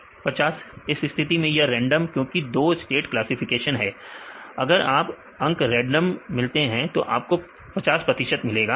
50 इस स्थिति में यह रेंडम क्योंकि 2 स्टेट क्लासिफिकेशन है अगर आपको अंक रेंडम मिलते हैं तो आपको 50 प्रतिशत मिलेगा